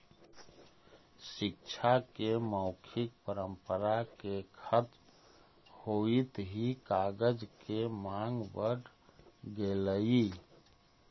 शिक्षा के मौखिक परम्परा के खत्म होइत ही कागज के माँग बढ़ गेलइ